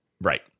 Right